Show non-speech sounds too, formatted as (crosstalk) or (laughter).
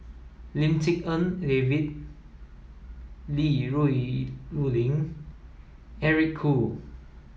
Lim Tik En David Li (unintelligible) Rulin Eric Khoo